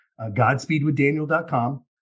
GodspeedWithDaniel.com